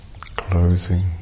closing